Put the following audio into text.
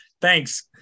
Thanks